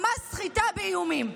ממש סחיטה באיומים.